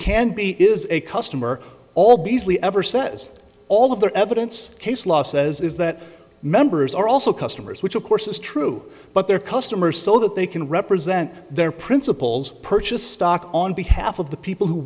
can be is a customer all beazley ever set is all of their evidence case law says is that members are also customers which of course is true but their customers so that they can represent their principles purchased stock on behalf of the people who